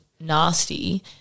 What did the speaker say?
nasty